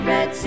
Red